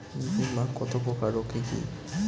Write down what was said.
বীমা কত প্রকার ও কি কি?